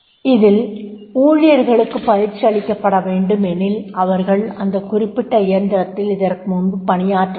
அதில் ஊழியர்களுக்கு பயிற்சியளிக்கப்பட வேண்டும் ஏனெனில் அவர்கள் இந்த குறிப்பிட்ட இயந்திரத்தில் இதற்கு முன்பு பணியாற்றவில்லை